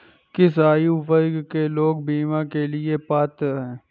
किस आयु वर्ग के लोग बीमा के लिए पात्र हैं?